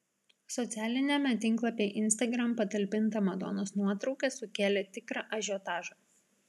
socialiniame tinklapyje instagram patalpinta madonos nuotrauka sukėlė tikrą ažiotažą